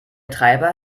treiber